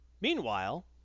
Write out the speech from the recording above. Meanwhile